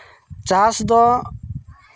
ᱪᱟᱥ ᱫᱚ